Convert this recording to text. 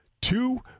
two